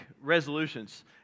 resolutions